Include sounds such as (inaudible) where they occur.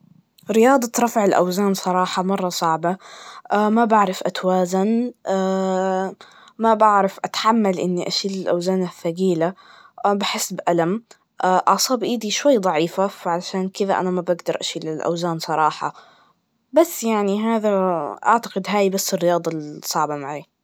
رياضة رفع الأوزان صراحة, مرة صعبة, ما بعرف أتوازن, (hesitation) ما بعرف أتحمل إني أشيل الأوزان الثقيلة, بحس بألم, أعصاب إيدي شوي ضعيفة, فعشان كدا ما بقدر أشيل الأوزان صراحة, بس يعني هذا, أعتقد هاي بس الرياضة الصعبة معاي.